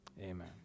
Amen